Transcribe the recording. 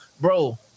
bro